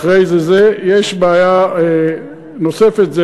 יש בעיה נוספת,